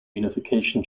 unification